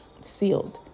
sealed